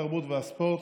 התרבות והספורט,